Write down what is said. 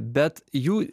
bet jų